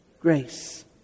grace